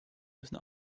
müssen